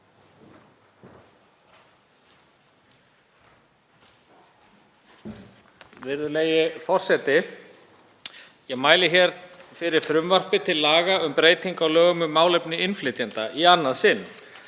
Virðulegi forseti. Ég mæli fyrir frumvarpi til laga um breytingu á lögum um málefni innflytjenda í annað sinn.